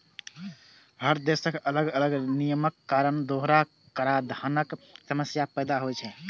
हर देशक अलग अलग नियमक कारण दोहरा कराधानक समस्या पैदा होइ छै